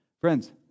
Friends